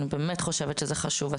אני באמת חושבת שזה חשוב.